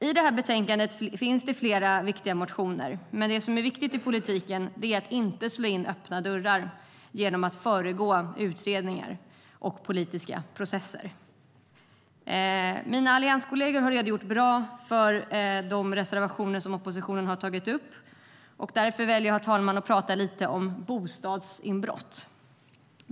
I det här betänkandet behandlas flera viktiga motioner, men det som är viktigt i politiken är att inte slå in öppna dörrar genom att föregå utredningar och politiska processer. Mina allianskolleger har redogjort bra för de reservationer som oppositionen har lämnat. Därför väljer jag, herr talman, att tala lite om bostadsinbrott.